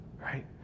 right